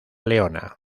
leona